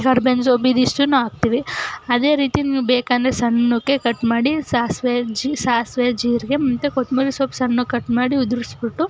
ಕರ್ಬೇವಿನ ಸೊಪ್ಪು ಇದಿಷ್ಟನ್ನೂಹಾಕ್ತೀವಿ ಅದೇ ರೀತಿ ನೀವು ಬೇಕೆಂದರೆ ಸಣ್ಣಗೆ ಕಟ್ ಮಾಡಿ ಸಾಸಿವೆ ಜೀ ಸಾಸಿವೆ ಜೀರಿಗೆ ಮತ್ತು ಕೊತ್ತಂಬ್ರಿ ಸೊಪ್ಪು ಸಣ್ಣಕೆ ಕಟ್ ಮಾಡಿ ಉದುರಿಸ್ಬಿಟ್ಟು